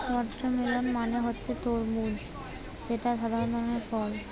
watermelon মানে হচ্ছে তরমুজ যেটা একধরনের ফল